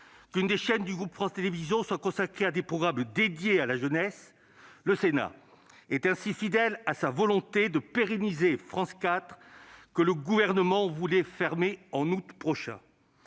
qu'une des chaînes du groupe France Télévisions soit consacrée à des programmes dédiés à la jeunesse. Le Sénat est ainsi fidèle à sa volonté de pérenniser France 4, que le Gouvernement voulait fermer en août.